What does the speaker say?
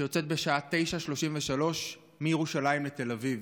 שיוצאת בשעה 21:33 מירושלים לתל אביב.